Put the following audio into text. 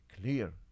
clear